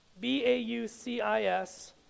B-A-U-C-I-S